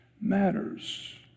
matters